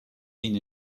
been